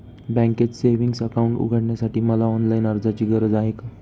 बँकेत savings account उघडण्यासाठी मला ऑनलाईन अर्जाची गरज आहे का?